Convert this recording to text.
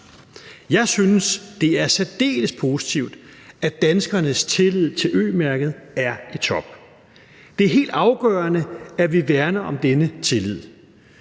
Jeg synes, det er særdeles positivt, at danskernes tillid til Ø-mærket er i top. Det er helt afgørende, at vi værner om denne tillid.